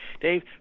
Dave